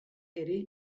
ere